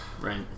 Right